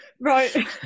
Right